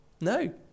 No